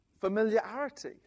Familiarity